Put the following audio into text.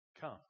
come